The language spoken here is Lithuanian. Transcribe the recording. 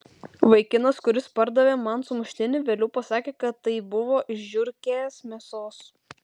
vaikinas kuris pardavė man sumuštinį vėliau pasakė kad tai buvo iš žiurkės mėsos